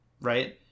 Right